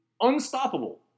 unstoppable